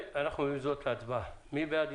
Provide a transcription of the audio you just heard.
אנחנו נעבור להצבעה.